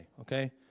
okay